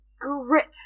grip